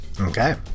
Okay